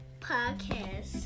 Podcast